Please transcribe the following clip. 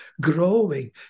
growing